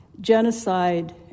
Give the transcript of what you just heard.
genocide